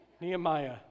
Nehemiah